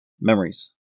Memories